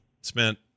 spent